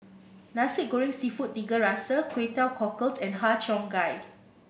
Nasi Goreng seafood Tiga Rasa Kway Teow Cockles and Har Cheong Gai